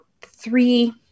three